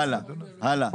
הלאה.